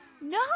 No